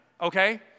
okay